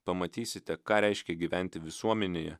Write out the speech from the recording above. pamatysite ką reiškia gyventi visuomenėje